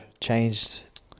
changed